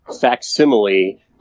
facsimile